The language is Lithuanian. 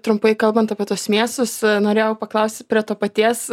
trumpai kalbant apie tuos miestus norėjau paklausti prie to paties